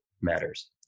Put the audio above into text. matters